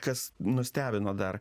kas nustebino dar